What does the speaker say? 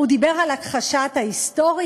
הוא דיבר על הכחשת ההיסטוריה,